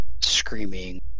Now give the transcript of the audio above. screaming